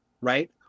Right